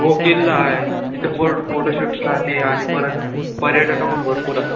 हो किल्ला आहे तिथे फोट फोटोशूट्साठी ते आणि परत पर्यटक पण भरपूर आहेत